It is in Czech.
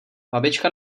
babička